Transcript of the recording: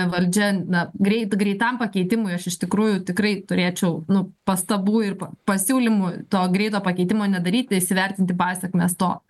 valdžia na greit greitam pakeitimui aš iš tikrųjų tikrai turėčiau nu pastabų ir pa pasiūlymų to greito pakeitimo nedaryt įsivertinti pasekmes to